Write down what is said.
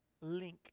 link